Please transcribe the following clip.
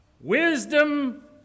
Wisdom